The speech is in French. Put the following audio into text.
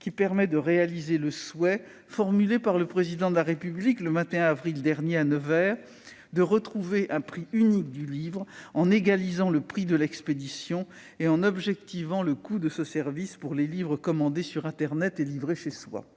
qui permet de réaliser le souhait formulé par le Président de la République le 21 avril dernier à Nevers de retrouver un prix unique du livre en égalisant le prix de l'expédition, ainsi qu'en objectivant le coût de ce service pour les livres commandés sur internet et livrés chez soi.